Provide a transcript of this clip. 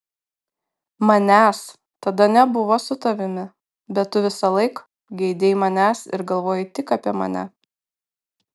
manęs tada nebuvo su tavimi bet tu visąlaik geidei manęs ir galvojai tik apie mane